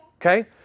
Okay